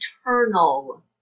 eternal